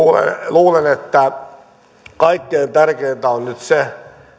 luulen että kaikkein tärkeintä on nyt se